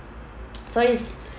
so it's